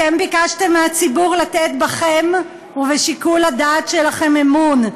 אתם ביקשתם מהציבור לתת בכם ובשיקול הדעת שלכם אמון.